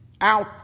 out